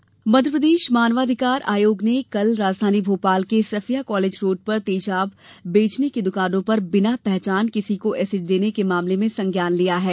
आयोग संज्ञान मध्यप्रदेश मानव अधिकार आयोग ने कल राजधानी भोपाल के सेफिया कॉलेज रोड पर तेजाब बेचने की दुकानों पर बिना पहचान किसी को भी ऐसिड देने के मामले में संज्ञान लिया है